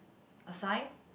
assign